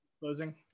closing